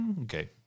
Okay